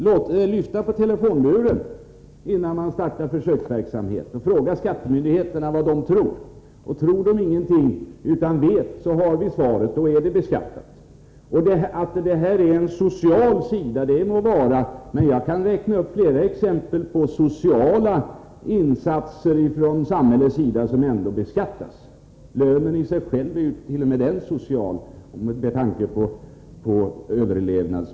Man kan lyfta på telefonluren, innan man startar en försöksverksamhet, och fråga skattemyndigheterna vad de tror. Tror de ingenting utan vet, då har vi svaret — då skall sådana här resor beskattas. Att det finns en social sida i detta må vara, men jag kan räkna upp flera exempel på sociala insatser från samhällets sida som beskattas.